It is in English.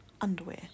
Underwear